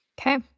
Okay